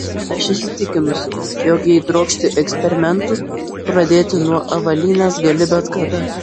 aš įsitikinusi jog jei trokšti eksperimentų pradėti nuo avalynės gali bet kada